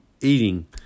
eating